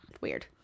Weird